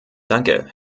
danke